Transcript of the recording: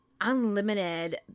unlimited